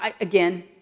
again